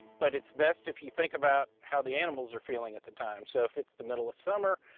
but it's best if you think about how the animals are feeling at the time. so if it's the middle of summer,